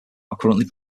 currently